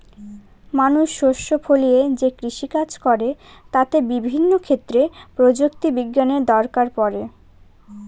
মানুষ শস্য ফলিয়ে যে কৃষিকাজ করে তাতে বিভিন্ন ক্ষেত্রে প্রযুক্তি বিজ্ঞানের দরকার পড়ে